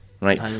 right